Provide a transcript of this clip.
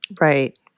Right